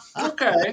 Okay